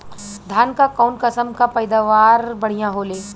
धान क कऊन कसमक पैदावार बढ़िया होले?